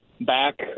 back